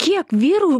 kiek vyrų